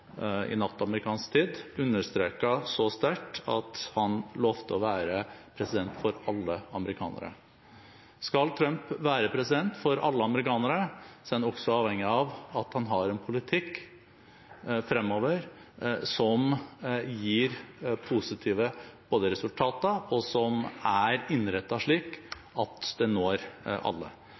i sin takketale i natt amerikansk tid understreket så sterkt at han lovet å være president for alle amerikanere. Skal Trump være president for alle amerikanere, er han også avhengig av at han har en politikk fremover som både gir positive resultater og er innrettet slik at den når alle.